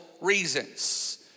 reasons